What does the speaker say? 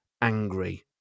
angry